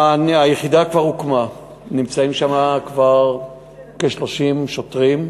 היחידה כבר הוקמה, נמצאים שם כבר כ-30 שוטרים,